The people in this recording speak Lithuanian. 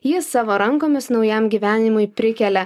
ji savo rankomis naujam gyvenimui prikelia